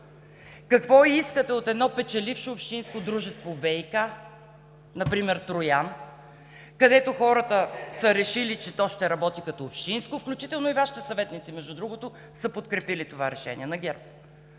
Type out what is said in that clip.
Какво искате от едно печелившо общинско дружество ВиК, например – Троян, където хората са решили, че то ще работи като общинско, включително и Вашите съветници? Между другото, и Вашите съветници – от ГЕРБ,